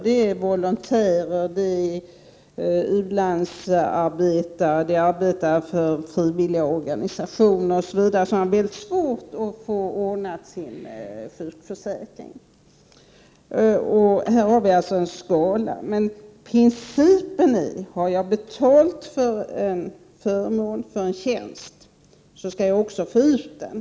Det gäller volontärer, u-landsarbetare, de som arbetar inom frivilliga organisationer och andra som alla har stora svårigheter när det gäller sjukförsäkringen. Principen skall vara att den som har betalat för en förmån eller en tjänst också skall få ut denna.